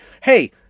hey